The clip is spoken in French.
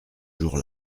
jour